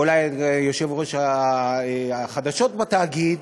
ואולי את יושב-ראש החדשות בתאגיד,